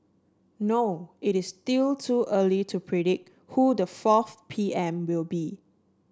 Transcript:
no it is still too early to predict who the fourth P M will be